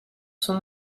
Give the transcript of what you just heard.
son